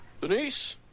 Denise